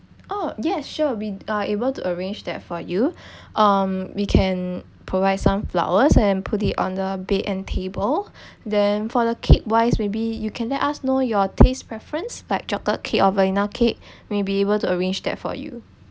oh yes sure we are able to arrange that for you um we can provide some flowers and put it on the bed and table then for the kid wise maybe you can let us know your taste preference like chocolate cake or vanilla cake we'll be able to arrange that for you